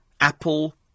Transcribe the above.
Apple